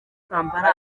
kampala